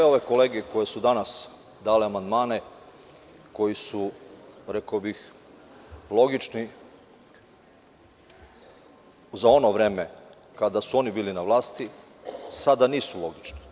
Sve kolege koje su danas dale amandmane, koji su logični, rekao bih, za ono vreme kada su oni bili na vlasti, sada nisu logični.